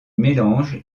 mélange